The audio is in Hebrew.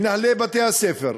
מנהלי בתי-הספר,